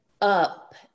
up